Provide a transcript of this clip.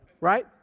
Right